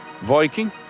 Viking